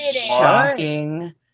shocking